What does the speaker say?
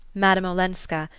madame olenska,